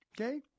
okay